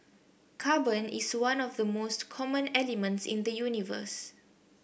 carbon is one of the most common elements in the universe